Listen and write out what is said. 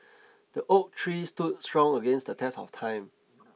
the oak tree stood strong against the test of time